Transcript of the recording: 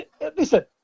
listen